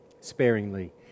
sparingly